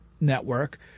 network